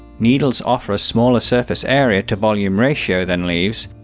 needles offer a smaller surface area to volume ratio than leaves,